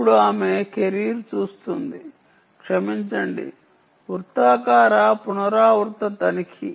ఇప్పుడు ఆమె కెరీర్ చూస్తుంది క్షమించండి వృత్తాకార పునరావృత తనిఖీ